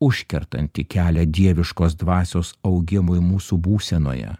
užkertanti kelią dieviškos dvasios augimui mūsų būsenoje